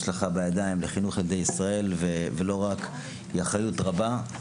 לך בידיים לחינוך ילדי ישראל היא אחריות רבה,